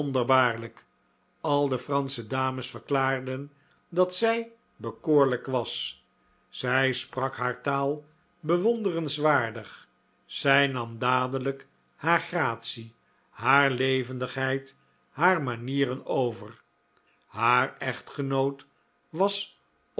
wonderbaarlijk al de fransche dames verklaarden dat zij bekoorlijk was zij sprak haar taal bewonderenswaardig zij nam dadelijk haar gratie haar levendigheid haar manieren over haar echtgenoot was